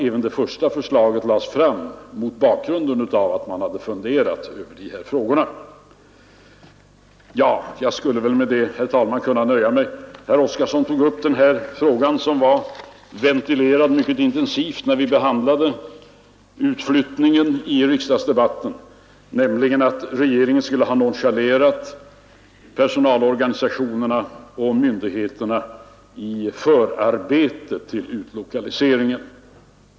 Även det första förslaget lades fram mot bakgrunden av att man hade funderat över de här frågorna. Jag skulle, herr talman, kunna nöja mig med detta. Herr Oskarson tog upp en fråga som ventilerades mycket intensivt när vi behandlade utflyttningen i riksdagsdebatten, nämligen att regeringen skulle ha nonchalerat personalorganisationerna och myndigheterna i förarbetet för utlokaliseringen.